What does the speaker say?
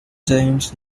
james